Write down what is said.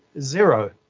zero